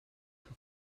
have